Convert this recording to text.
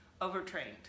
overtrained